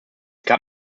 gab